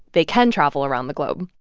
they can travel around the globe.